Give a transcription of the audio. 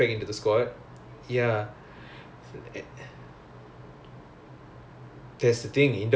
oh ya dey but do you get paid if you play tournament